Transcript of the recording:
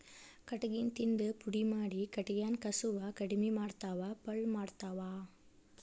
ಕಟಗಿನ ತಿಂದ ಪುಡಿ ಮಾಡಿ ಕಟಗ್ಯಾನ ಕಸುವ ಕಡಮಿ ಮಾಡತಾವ ಪಳ್ಳ ಮಾಡತಾವ